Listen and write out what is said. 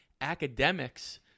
academics